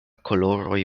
koloroj